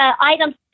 items